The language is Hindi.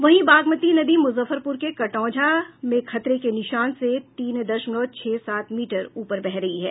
वहीं बागमती नदी मुजफ्फरपुर के कटौंझा में खतरे के निशान से तीन दशमलव छह सात मीटर ऊपर बह रही है